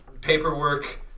paperwork